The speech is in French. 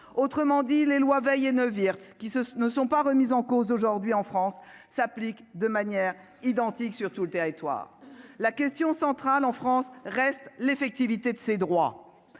autrement dit les lois Veil et Neuwirth ce qui ce ne sont pas remises en cause aujourd'hui en France s'applique de manière identique sur tout le territoire, la question centrale en France reste l'effectivité de ses droits,